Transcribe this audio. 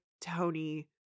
Tony